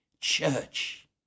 church